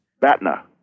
BATNA